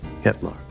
Hitler